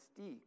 mystique